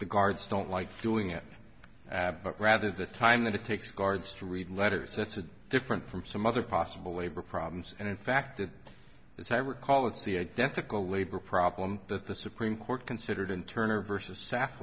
the guards don't like doing it but rather the time that it takes guards to read letters that's different from some other possible labor problems and in fact as i recall it's the identical labor problem that the supreme court considered turner versus saf